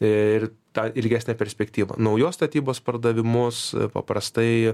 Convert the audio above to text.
ir tą ilgesnę perspektyvą naujos statybos pardavimus paprastai